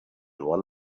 one